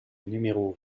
numéro